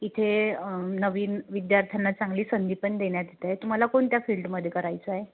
इथे नवीन विद्यार्थ्यांना चांगली संधी पण देण्यात येत आहे तुम्हाला कोणत्या फील्डमध्ये करायचं आहे